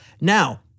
Now